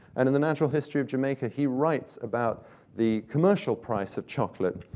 and in the natural history of jamaica, he writes about the commercial price of chocolate,